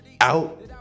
out